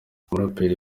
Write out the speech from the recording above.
umuraperi